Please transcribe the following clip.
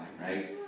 right